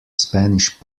spanish